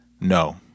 No